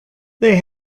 they